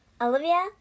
Olivia